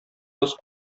кыз